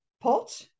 pot